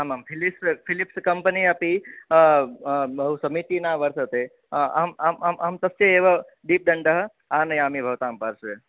आमाम् Philips Philips company अपि बहु समीचीना वर्तते अहं अहं अहं तस्य एव दीपदण्डः आनयामि भवतां पार्श्वे